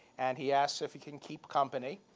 and he asks if he can keep company.